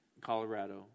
Colorado